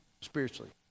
spiritually